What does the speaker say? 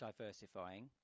diversifying